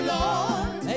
Lord